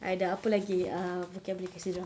I dah apa lagi err vocabulary boleh kasi dorang